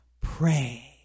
pray